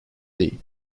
değil